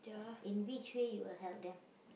in which way you will help them